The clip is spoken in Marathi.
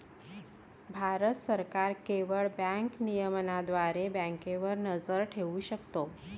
भारत सरकार केवळ बँक नियमनाद्वारे बँकांवर नजर ठेवू शकते